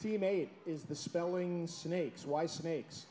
she made is the spelling snakes why snakes